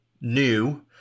new